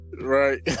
Right